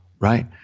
Right